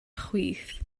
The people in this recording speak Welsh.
chwith